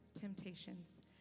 temptations